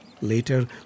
Later